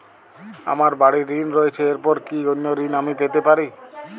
আমার বাড়ীর ঋণ রয়েছে এরপর কি অন্য ঋণ আমি পেতে পারি?